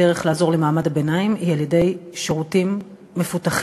הדרך לעזור למעמד הביניים היא שירותים מפותחים,